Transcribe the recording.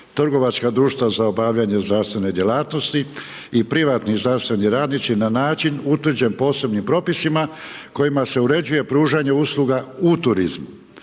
trgovačka društva za obavljanje zdravstvene djelatnosti i privatni zdravstveni radnici na način utvrđen posebnim propisima kojima se uređuje pružanje usluga u turizmu.